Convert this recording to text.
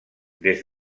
des